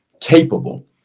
Capable